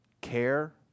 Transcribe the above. care